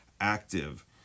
active